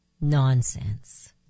nonsense